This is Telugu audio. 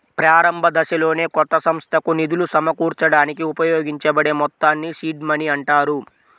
ప్రారంభదశలోనే కొత్త సంస్థకు నిధులు సమకూర్చడానికి ఉపయోగించబడే మొత్తాల్ని సీడ్ మనీ అంటారు